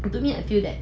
to me I feel that